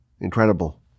incredible